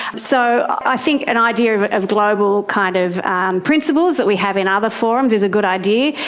so i think an idea of but of global kind of and principles that we have in other forums is a good idea,